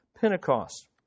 Pentecost